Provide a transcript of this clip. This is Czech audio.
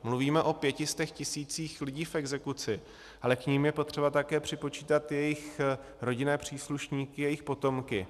Mluvíme o 500 tisících lidí v exekuci, ale k nim je potřeba také připočítat jejich rodinné příslušníky, jejich potomky.